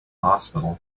hospital